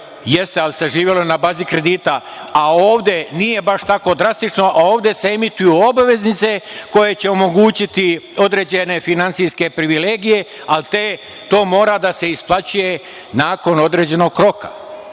Jeste, ali se živelo na bazi kredita, a ovde nije baš tako drastično. Ovde se emituju obveznice, koje će omogućiti određene finansijske privilegije, ali to mora da se isplaćuje nakon određenog roka. Ovde